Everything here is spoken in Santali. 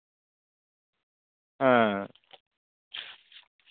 ᱦᱮᱸ